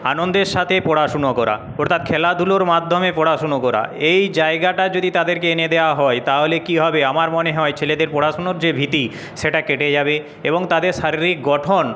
আনন্দের সাথে পড়াশোনা করা অর্থাৎ খেলাধুলোর মাধ্যমে পড়াশোনা করা এই জায়গাটা যদি তাদেরকে এনে দেওয়া হয় তাহলে কি হবে আমার মনে হয় ছেলেদের পড়াশোনার যে ভীতি সেটা কেটে যাবে এবং তাদের শারীরিক গঠন